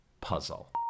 puzzle